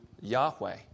Yahweh